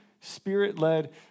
spirit-led